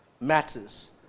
matters